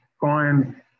Brian